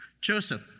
joseph